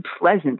pleasant